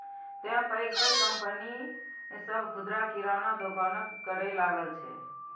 तें पैघ पैघ कंपनी सभ खुदरा किराना दोकानक करै लागल छै